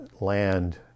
land